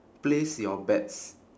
place your bets